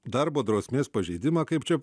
darbo drausmės pažeidimą kaip čia